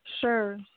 Sure